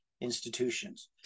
institutions